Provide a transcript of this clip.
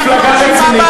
ממפלגה רצינית,